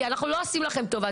כי אנחנו לא עושים לכם טובה.